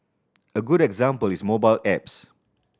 a good example is mobile apps